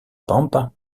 pampa